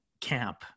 camp